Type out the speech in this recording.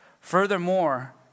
Furthermore